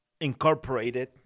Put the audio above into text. incorporated